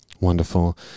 Wonderful